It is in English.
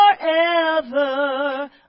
forever